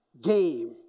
game